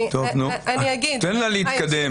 טוב, נו, תן לה להתקדם.